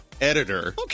Editor